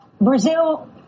Brazil